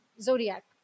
zodiac